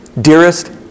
dearest